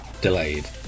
delayed